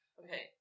okay